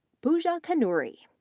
pooja kanuri,